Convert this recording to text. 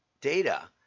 data